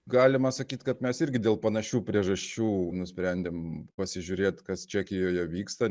galima sakyt kad mes irgi dėl panašių priežasčių nusprendėm pasižiūrėt kas čekijoje vyksta